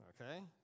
Okay